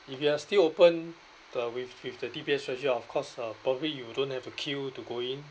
if you are still open the with with the D_B_S treasure of course uh probably you don't have to queue to go in